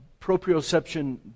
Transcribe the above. proprioception